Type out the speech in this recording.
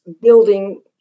building